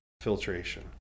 filtration